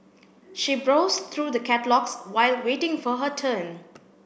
she browsed through the catalogues while waiting for her turn